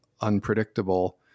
unpredictable